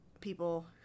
people